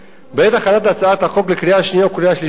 בעת הכנת הצעת החוק לקריאה שנייה ולקריאה שלישית,